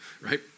right